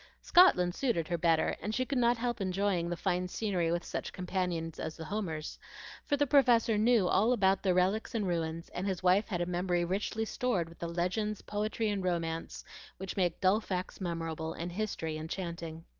scotland suited her better, and she could not help enjoying the fine scenery with such companions as the homers for the professor knew all about the relics and ruins, and his wife had a memory richly stored with the legends, poetry, and romance which make dull facts memorable and history enchanting.